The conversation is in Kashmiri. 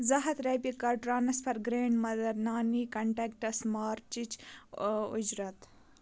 زٕ ہَتھ رۄپیہِ کَر ٹرٛانسفَر گرٛینٛڈ مَدَر نانی کنٹیکٹَس مارچِچ اُجرت